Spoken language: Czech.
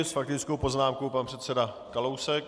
S faktickou poznámkou pan předseda Kalousek.